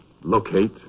locate